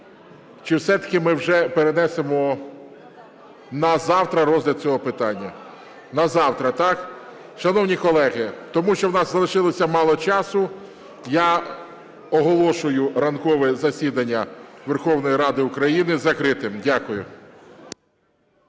чи все-таки ми вже перенесемо на завтра розгляд цього питання? На завтра, так? Шановні колеги, тому що у нас залишилося мало часу, я оголошую ранкове засідання Верховної Ради України закритим. Дякую.